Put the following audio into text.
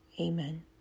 Amen